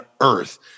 earth